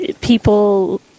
people